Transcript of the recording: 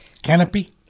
Canopy